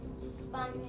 sponge